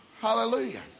Hallelujah